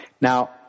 Now